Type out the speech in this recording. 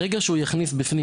ברגע שהוא יכניס בפנים,